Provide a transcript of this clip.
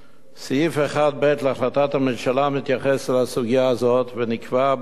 סעיף 1(ב) להחלטת הממשלה מתייחס לסוגיה הזאת ונקבע בו כך: